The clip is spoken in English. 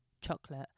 chocolate